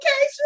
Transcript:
okay